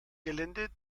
gelände